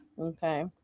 Okay